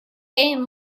game